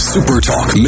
Supertalk